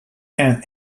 and